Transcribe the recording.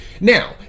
Now